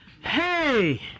Hey